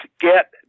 get